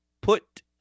put